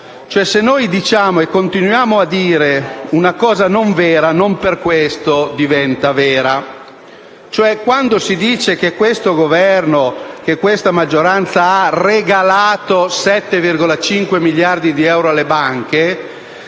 ai dati di fatto. Se continuiamo a dire una cosa non vera non per questo diventa vera. Quando, cioè, si dice che questo Governo e la sua maggioranza hanno regalato 7,5 miliardi di euro alle banche,